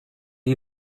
you